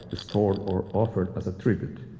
stored or offered as a tribute.